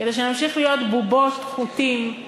כדי שנמשיך להיות בובות על חוט בשלטון